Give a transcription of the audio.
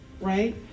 Right